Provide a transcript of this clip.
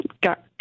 got